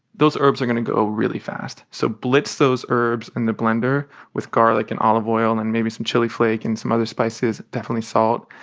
those herbs are going to go really fast. so blitz those herbs in the blender with garlic and olive oil and maybe some chili flake and some other spices, definitely salt,